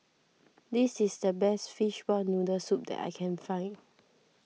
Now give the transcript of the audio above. this is the best Fishball Noodle Soup that I can find